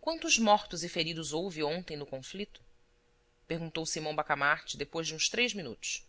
quantos mortos e feridos houve ontem no conflito perguntou simão bacamarte depois de uns três minutos